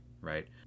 right